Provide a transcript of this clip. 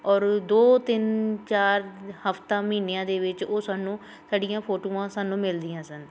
ਔਰ ਦੋ ਤਿੰਨ ਚਾਰ ਹਫਤਾ ਮਹੀਨਿਆਂ ਦੇ ਵਿੱਚ ਉਹ ਸਾਨੂੰ ਸਾਡੀਆਂ ਫੋਟੋਆਂ ਸਾਨੂੰ ਮਿਲਦੀਆਂ ਸਨ